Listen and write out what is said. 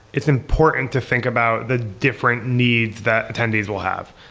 it's important to think about the different needs that attendees will have.